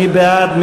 מי בעד?